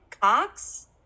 Cox